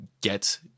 get